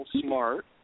smart